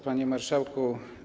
Panie Marszałku!